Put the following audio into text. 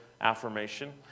affirmation